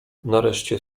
nareszcie